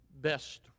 best